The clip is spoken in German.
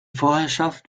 vorherrschaft